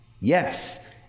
Yes